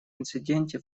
инциденте